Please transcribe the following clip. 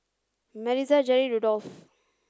Maritza Jeri Rudolf